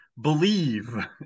believe